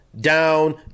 down